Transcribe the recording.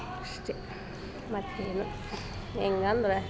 ಅಷ್ಟೇ ಮತ್ತೇನು ಹೇಗ್ ಅಂದ್ರೆ